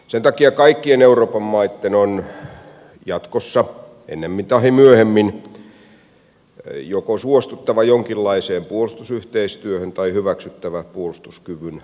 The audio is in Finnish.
sen takia kaikkien euroopan maitten on jatkossa ennemmin tahi myöhemmin joko suostuttava jonkinlaiseen puolustusyhteistyöhön tai hyväksyttävä puolustuskyvyn rapautuminen